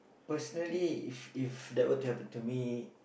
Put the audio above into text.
personally if if that were to happen to me